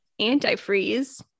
antifreeze